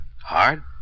Hard